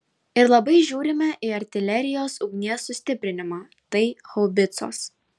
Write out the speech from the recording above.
ir labai žiūrime į artilerijos ugnies sustiprinimą tai haubicos